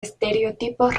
estereotipos